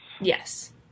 Yes